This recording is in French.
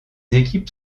équipes